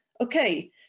Okay